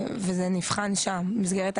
זה נבחן כל הזמן גם אצלנו.